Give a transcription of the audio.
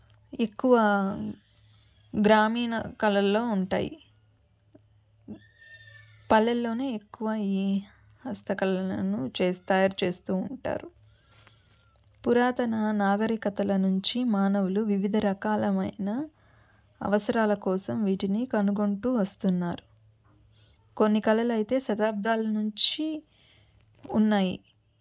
ఎక్కువ గ్రామీణ కళల్లో ఉంటాయి పల్లెల్లోనే ఎక్కువ ఈ హస్తకళలను చేస్తా తయారు చేస్తూ ఉంటారు పురాతన నాగరికతల నుంచి మానవులు వివిధ రకాలమైన అవసరాల కోసం వీటిని కనుగొంటూ వస్తున్నారు కొన్ని కళలు అయితే శతాబ్దాల నుంచి ఉన్నాయి